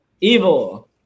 Evil